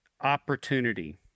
opportunity